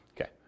Okay